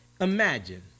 imagine